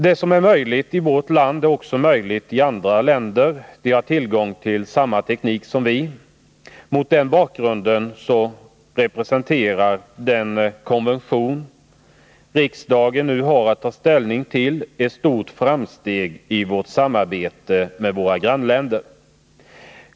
Det som är möjligt i vårt land är också möjligt i andra länder. De har tillgång till samma teknik som vi. Mot den bakgrunden representerar den konvention som nu riksdagen har att ta ställning till ett stort framsteg i vårt samarbete med våra grannländer.